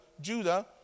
Judah